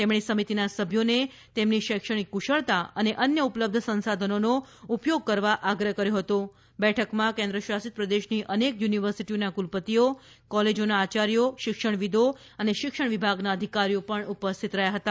તેમણે સમિતિના સભ્યોને તેમની શૈક્ષણિક કુશળતા અને અન્ય ઉપલબ્ધ સંસાધનોનો ઉપયોગ કરવા આગ્રહ કર્યો હતો બેઠકમાં કેન્દ્રશાસિત પ્રદેશની અનેક યુનિવર્સિટીઓના કુલપતિઓ કોલેજોના આચાર્યો શિક્ષણવિદો અને શિક્ષણ વિભાગના અધિકારીઓ પણ ઉપસ્થિત રહ્યા હતા